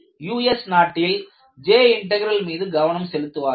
US நாட்டில் J intergal மீது கவனம் செலுத்துவார்கள்